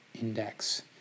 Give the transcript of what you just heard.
index